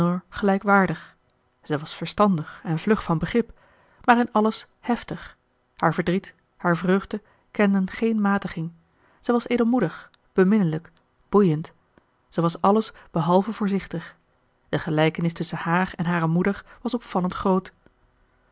gelijkwaardig zij was verstandig en vlug van begrip maar in alles heftig haar verdriet haar vreugde kenden geen matiging zij was edelmoedig beminnelijk boeiend ze was alles behalve voorzichtig de gelijkenis tusschen haar en hare moeder was opvallend groot